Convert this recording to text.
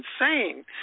insane